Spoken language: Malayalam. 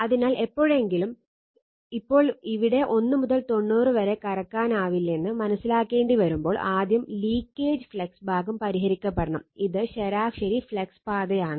അതിനാൽ എപ്പോഴെങ്കിലും ഇപ്പോൾ ഇവിടെ 1 മുതൽ 90 വരെ കറക്കാനാവില്ലെന്ന് മനസിലാക്കേണ്ടിവരുമ്പോൾ ആദ്യം ലീകെജ് ഫ്ലക്സ് ഭാഗം പരിഹരിക്കപ്പെടണം ഇത് ശരാശരി ഫ്ലക്സ് പാതയാണ്